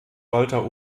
walter